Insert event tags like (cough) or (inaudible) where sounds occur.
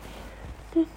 (noise)